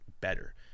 better